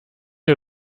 ihr